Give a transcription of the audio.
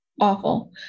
awful